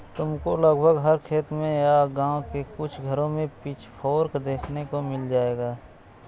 तुमको लगभग हर खेत में या गाँव के कुछ घरों में पिचफोर्क देखने को मिल जाएगा